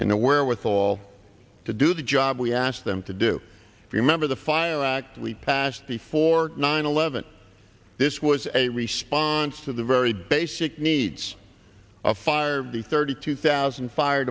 and the wherewithal to do the job we asked them to do if you remember the fire act we passed before nine eleven this was a response to the very basic needs of fire the thirty two thousand fire